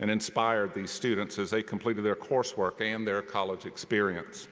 and inspired these students as they completed their coursework and their college experience.